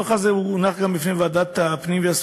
הדוח הזה הונח גם לפני ועדת הפנים והגנת